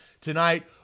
tonight